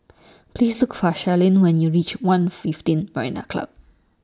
Please Look For Sharyn when YOU REACH one fifteen Marina Club